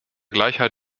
gleichheit